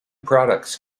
products